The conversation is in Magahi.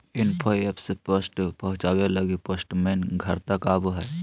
इन्फो एप से पोस्ट पहुचावे लगी पोस्टमैन घर तक आवो हय